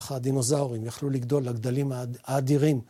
הדינוזאורים יכלו לגדול, הגדלים האדירים.